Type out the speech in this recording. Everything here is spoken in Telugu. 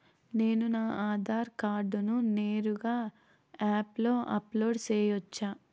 నేను నా ఆధార్ కార్డును నేరుగా యాప్ లో అప్లోడ్ సేయొచ్చా?